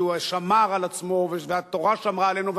כי הוא שמר על עצמו, והתורה שמרה עלינו.